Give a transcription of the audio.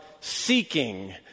seeking